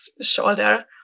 shoulder